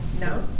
No